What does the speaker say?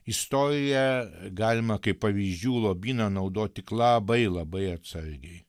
istoriją galima kaip pavyzdžių lobyną naudot tik labai labai atsargiai